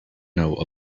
know